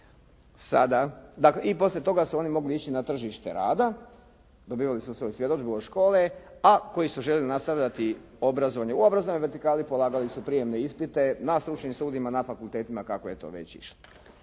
i poslije toga su oni mogli ići na tržište rada, dobivali su svoju svjedodžbu od škole, a koji su željeli nastavljati obrazovanje u obrazovnoj vertikali, polagali su prijemne ispite na stručnim studijima, na fakultetima kako je to već išlo.